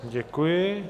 Děkuji.